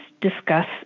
discuss